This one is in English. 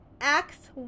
Acts